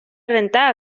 rentar